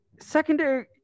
secondary –